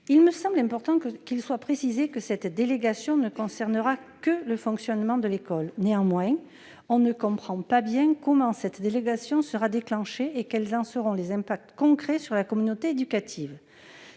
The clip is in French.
il me semble important de préciser que cette délégation ne concerne que le fonctionnement de l'école. Néanmoins, on ne comprend pas bien comment cette délégation sera déclenchée ni quels en seront les impacts concrets pour la communauté éducative.